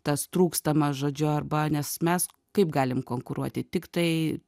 tas trūkstamas žodžiu arba nes mes kaip galim konkuruoti tiktai